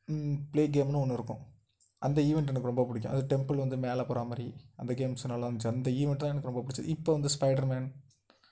play கேமுன்னு ஒன்று இருக்கும் அந்த ஈவெண்ட்டு எனக்கு ரொம்ப பிடிக்கும் அது டெம்பிள் வந்து மேலே போகிற மாதிரி அந்த கேம்ஸும் நல்லா இருந்துச்சு அந்த ஈவெண்ட் தான் எனக்கு ரொம்ப பிடிச்சது இப்போ வந்து ஸ்பைடர் மேன்